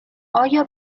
آیا